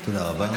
תודה רבה.